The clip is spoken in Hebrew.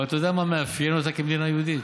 אבל אתה יודע מה מאפיין אותה כמדינה יהודית?